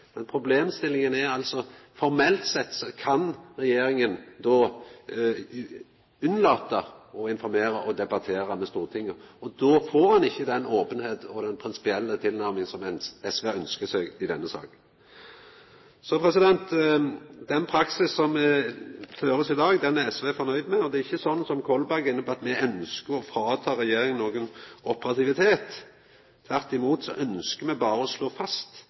men problemstillinga er altså at regjeringa formelt sett kan la vera å informera og debattera med Stortinget, og då får ein ikkje den openheita og den prinsipielle tilnærminga som SV har ønskt seg i denne saka. Den praksisen som blir førd i dag, er SV fornøgd med. Det er ikkje sånn, som Kolberg er inne på, at me ønskjer å ta frå regjeringa operativitet. Tvert imot, me ønskjer berre å slå fast